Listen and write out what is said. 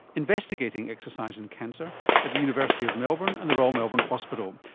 investigating exercise and cancer at the university of melbourne and the royal melbourne hospital,